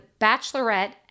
Bachelorette